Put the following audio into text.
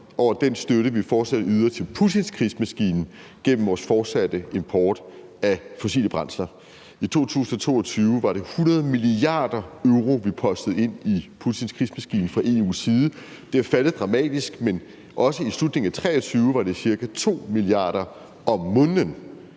over den støtte, vi fortsat yder til Putins krigsmaskine gennem vores fortsatte import af fossile brændsler. I 2022 var det 100 mia. euro, vi postede ind i Putins krigsmaskine fra EU's side. Det er faldet dramatisk, men i slutningen af 2023 var det stadig væk gas for ca.